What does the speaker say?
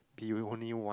be the only one